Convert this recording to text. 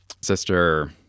sister